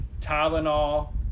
tylenol